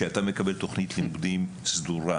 מצב שבו אתה מקבל תכנית לימודים סדורה,